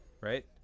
right